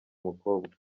mukobwa